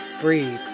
Breathe